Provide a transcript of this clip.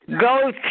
go